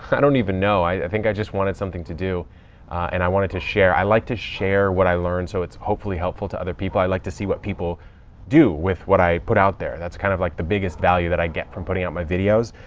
i don't even know. i think i just wanted something to do and i wanted to share. i like to share what i learn so it's hopefully helpful to other people. i like to see what people do with what i put out there. that's kind of like the biggest value that i get from putting out my videos.